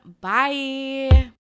bye